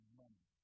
money